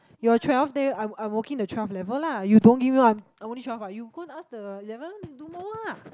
you're twelve then I'm I'm working the twelve level lah you don't give me more I'm only twelve ah you go and ask the eleven to do more lah